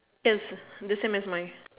yes the same as mine